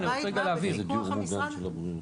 בסדר גמור.